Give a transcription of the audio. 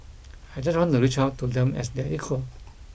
I just want to reach out to them as their equal